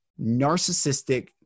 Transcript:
narcissistic